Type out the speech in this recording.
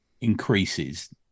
increases